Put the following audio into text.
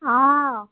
অঁ